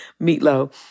meatloaf